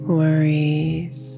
worries